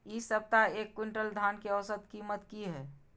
इ सप्ताह एक क्विंटल धान के औसत कीमत की हय?